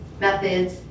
methods